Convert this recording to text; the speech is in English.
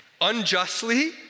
unjustly